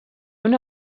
una